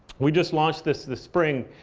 we just launched this this spring,